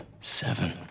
seven